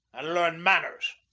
and learn manners.